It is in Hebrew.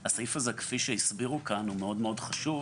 הסעיף הזה, כפי שהסבירו כאן, הוא מאוד חשוב,